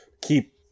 keep